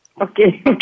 Okay